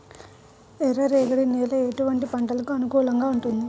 ఎర్ర రేగడి నేల ఎటువంటి పంటలకు అనుకూలంగా ఉంటుంది?